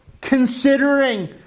considering